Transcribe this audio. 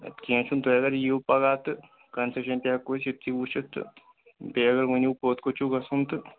کیٚنہہ چھِنہٕ تُہۍ اگر یِیِو پگاہ تہٕ کَنسیشَن تہِ ہٮ۪کو أسۍ یُتھٕے وٕچھِتھ تہٕ تُہۍ اگر ؤنِو کوٚت کوٚت چھُو گژھُن تہٕ